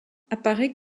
apparaît